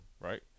right